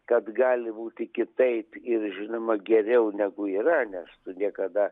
kad gali būti kitaip ir žinoma geriau negu yra nes tu niekada